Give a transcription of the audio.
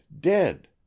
dead